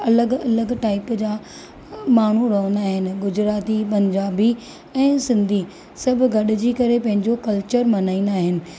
अलॻि अलॻि टाइप जा माण्हू रहंदा आहिनि गुजराती पंजाबी ऐं सिंधी सभु गड॒जी करे पंहिंजो कल्चर मल्हाईंदा आहिनि